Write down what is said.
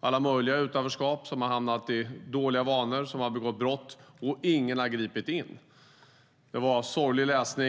alla möjliga utanförskap, som hade hamnat i dåliga vanor, som hade begått brott medan ingen hade gripit in. Det var en sorglig läsning.